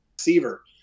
receiver